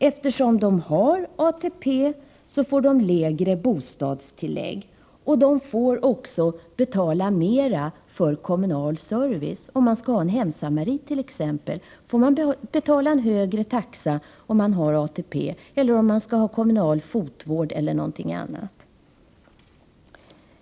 Eftersom de förra har ATP får de lägre bostadstillägg, och de får också betala mera för kommunal service. Om man t.ex. skall ha en hemsamarit, måste man betala efter en högre taxa om man har ATP. Detsamma gäller om man t.ex. skall ha kommunal fotvård.